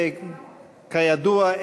כידוע,